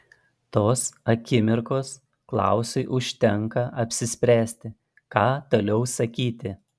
tos akimirkos klausui užtenka apsispręsti ką toliau sakyti